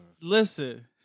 Listen